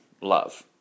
love